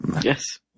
yes